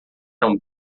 eram